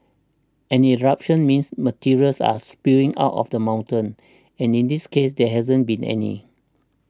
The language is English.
an eruption means materials are spewing out of the mountain and in this case there hasn't been any